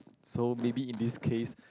so maybe in this case